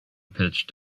pitched